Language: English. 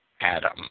Adam